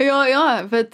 jo jo bet